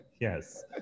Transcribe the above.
Yes